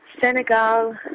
Senegal